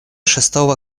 шестого